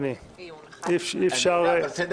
ולכן אני מבקש לתת את הפטור.